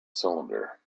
cylinder